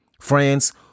Friends